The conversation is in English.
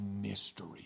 mystery